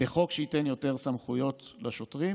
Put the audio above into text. בחוק שייתן יותר סמכויות לשוטרים?